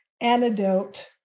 antidote